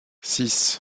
six